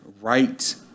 right